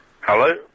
Hello